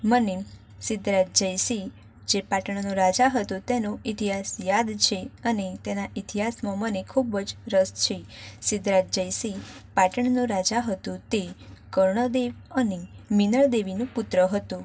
મને સિધ્ધરાજ જયસિંહ જે પાટણનો રાજા હતો તેનો ઈતિહાસ યાદ છે અને તેના ઈતિહાસમાં મને ખૂબ જ રસ છે સિધ્ધરાજ જયસિંહ પાટણનો રાજા હતો તે કર્ણદેવ અને મિનળદેવીનો પુત્ર હતો